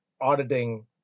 auditing